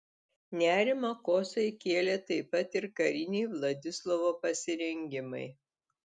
nerimą kosai kėlė taip pat ir kariniai vladislovo pasirengimai